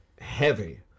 heavy